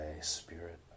spirit